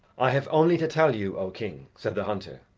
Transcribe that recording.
i have only to tell you, o king, said the hunter.